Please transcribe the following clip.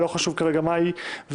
לא חשוב כרגע מה היא,